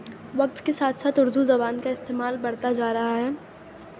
وقت کے ساتھ ساتھ اُردو زبان کا استعمال بڑھتا جا رہا ہے